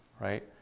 right